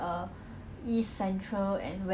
I don't know ah but the touch rugby is not good ah